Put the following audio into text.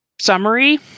summary